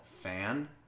fan